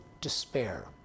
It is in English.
despair